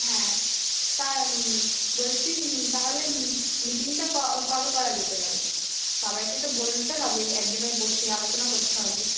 হ্যাঁ তা বলছি তাহলে মিটিংটা ক কবে করা যেতে পারে সবাইকে তো বলতে হবে এক জায়গায় বসে আলোচনা করতে হবে